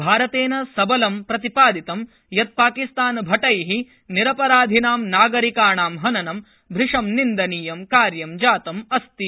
भारतेन सबलं प्रतिपादितं यत् पाकिस्तानभटै निरपराधिनां नागरिकाणां हननं भ़शं निन्दनीयं कार्यजातमस्ति